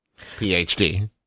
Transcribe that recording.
PhD